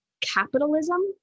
capitalism